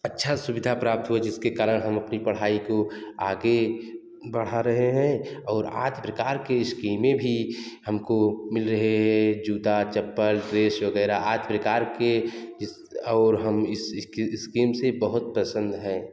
अच्छा सुविधा प्राप्त हुआ जिसके कारण हम अपनी पढ़ाई को आगे बढ़ा रहे हैं और आदि प्रकार की स्कीमें भी हमको मिल रहे हैं जूता चप्पल ड्रेस वगैरह आदि प्रकार के जिस और हम इस इसकी स्कीम से बहुत पसंद है